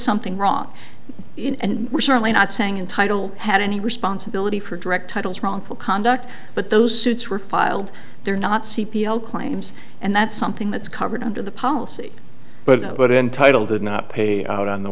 something wrong in and we're certainly not saying entitle had any responsibility for direct titles wrongful conduct but those suits were filed they're not c p l claims and that's something that's covered under the policy but no but entitled to not pay out on the